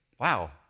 Wow